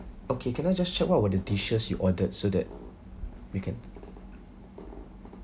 okay can I just check what were the dishes you ordered so that we can